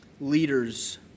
leaders